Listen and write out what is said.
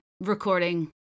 recording